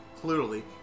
clearly